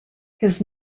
his